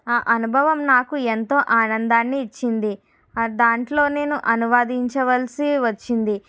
ఆ అనుభవం నాకు ఎంతో ఆనందాన్ని ఇచ్చింది దాంట్లో నేను అనువాదించవలసి వచ్చింది